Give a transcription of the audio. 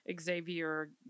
Xavier